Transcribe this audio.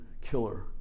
killer